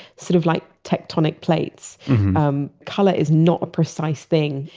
sort of like tectonic plates um color is not a precise thing.